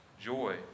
joy